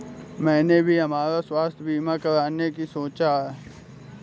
मैंने भी हमारा स्वास्थ्य बीमा कराने का सोचा है